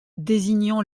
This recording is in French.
désignant